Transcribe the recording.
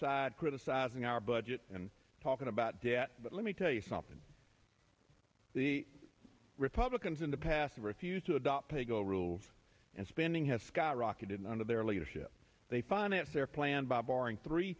side criticizing our budget and talking about debt but let me tell you something the republicans in the past refused to adopt paygo rules and spending has skyrocketed and under their leadership they financed their plan by borrowing three